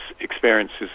experiences